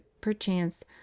perchance